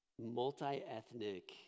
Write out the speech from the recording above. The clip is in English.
multi-ethnic